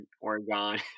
Oregon